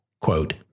quote